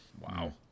Wow